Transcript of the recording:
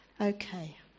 Okay